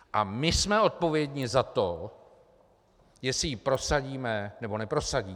A my jsme odpovědni za to, jestli ji prosadíme, nebo neprosadíme.